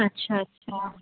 اچھا اچھا